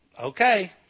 Okay